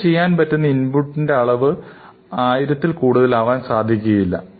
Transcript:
ഇവിടെ ചെയ്യാൻ പറ്റുന്ന ഇൻപുട്ടിന്റെ അളവ് ആയിരത്തിൽ കൂടുതലാകുവാൻ സാധിക്കുകയില്ല